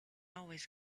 always